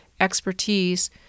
expertise